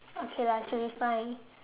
okay lah should be fine